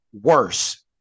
worse